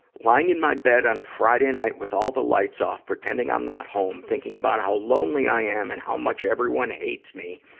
lying in my bed on a friday night with all the lights off, pretending i'm not home, thinking about how lonely i am and how much everyone hates me,